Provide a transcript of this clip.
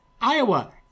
Iowa